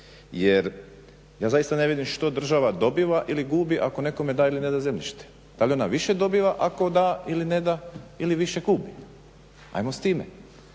Jer ja zaista ne vidim država dobiva ili gubi ako nekome da ili ne da zemljište, da li onda više dobiva ako da ili ne da ili više gubi, ajmo s time